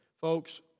folks